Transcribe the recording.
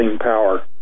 power